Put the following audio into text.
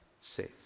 safe